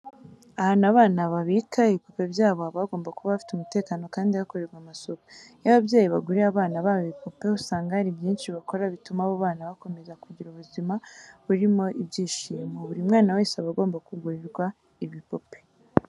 Ahantu abana babika ibipupe byabo haba hagomba kuba hafite umutekano kandi hakorerwa amasuku. Iyo ababyeyi baguriye abana babo ibipupe usanga hari byinshi bakora bituma abo bana bakomeze kugira ubuzima burimo ibyishimo. Buri mwana wese aba agomba kugurirwa ibipupe.